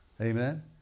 Amen